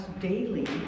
daily